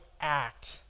act